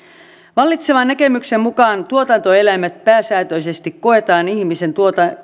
vallitsevan näkemyksen mukaan tuotantoeläimet pääsääntöisesti koetaan ihmisen